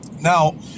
Now